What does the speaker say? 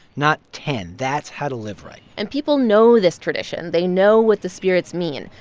not ten. that's how to live right and people know this tradition. they know what the spirits mean.